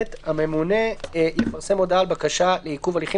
(ב)הממונה יפרסם הודעה על בקשה לעיכוב הליכים